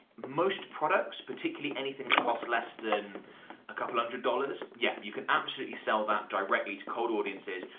most products, particularly anything that cost less than a couple hundred dollars, yeah you can absolutely sell that directly to cold audiences,